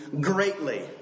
greatly